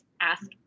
ask